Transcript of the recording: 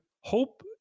hope